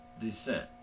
descent